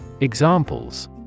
Examples